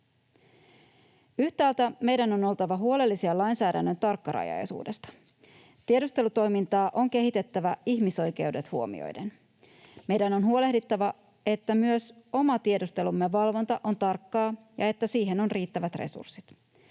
Yhtäältä meidän on oltava huolellisia lainsäädännön tarkkarajallisuudesta. Tiedustelutoimintaa on kehitettävä ihmisoikeudet huomioiden. Meidän on huolehdittava siitä, että myös oman tiedustelumme valvonta on tarkkaa ja että siihen on riittävät resurssit.